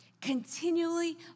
Continually